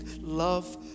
love